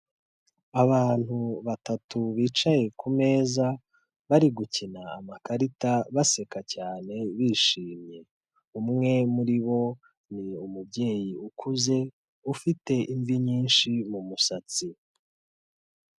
Abantu batatu bicaye ku meza, bari gukina amakarita, baseka cyane, bishimye. Umwe muri bo ni umubyeyi ukuze, ufite imvi nyinshi mu musatsi.